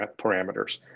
parameters